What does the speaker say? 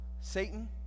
Satan